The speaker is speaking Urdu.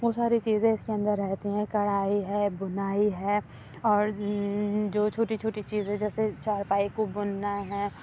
وہ ساری چیزیں اِس کے اندر رہتے ہیں کڑھائی ہے بُنائی ہے اور جو چھوٹی چھوٹی چیزیں جیسے چارپائی کو بُننا ہیں